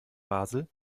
basel